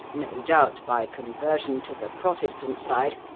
no doubt by conversion to the protestant side,